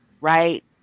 right